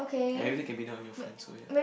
everything can be done on your phone so ya